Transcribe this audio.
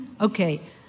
Okay